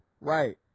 Right